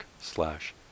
slash